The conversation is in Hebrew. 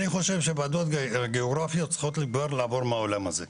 אני חושב שוועדות גיאוגרפיות צריכות לעבור מהעולם הזה.